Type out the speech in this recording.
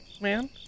man